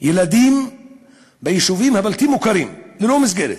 ילדים ביישובים הבלתי-מוכרים, ללא מסגרת,